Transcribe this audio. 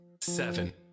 seven